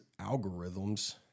algorithms